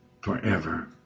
Forever